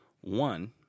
One